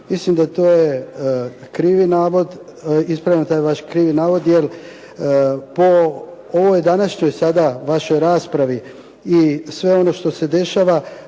Mislim da je to krivi navod. Ispravljam taj vaš krivi navod, jer po ovoj sadašnjoj raspravi i sve ono što se dešava,